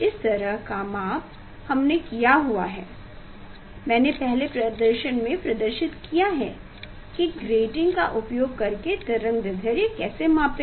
इस तरह का माप हमने किया है जो मैंने पहले प्रदर्शन में प्रदर्शित किया है कि ग्रेटिंग का उपयोग करके तरंग दैर्ध्य कैसे मापें